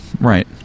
Right